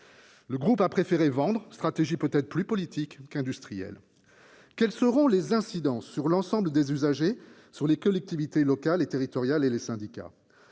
Le groupe a préféré vendre, une stratégie peut être plus politique qu'industrielle. Quelles seront les incidences de ces évolutions sur l'ensemble des usagers, sur les collectivités locales et territoriales et sur les syndicats ?